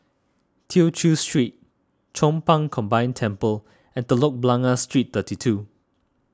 Tew Chew Street Chong Pang Combined Temple and Telok Blangah Street thirty two